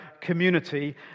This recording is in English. Community